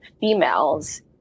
females